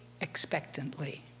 expectantly